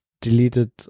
deleted